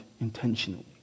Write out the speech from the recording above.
intentionally